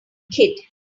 kid